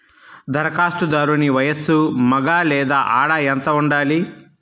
ధరఖాస్తుదారుని వయస్సు మగ లేదా ఆడ ఎంత ఉండాలి?